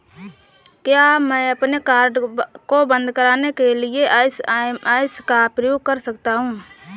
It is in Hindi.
क्या मैं अपने कार्ड को बंद कराने के लिए एस.एम.एस का उपयोग कर सकता हूँ?